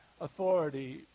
authority